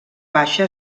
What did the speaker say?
baixa